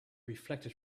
reflected